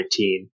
2019